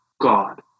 God